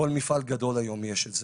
בכל מפעל גדול היום יש את זה.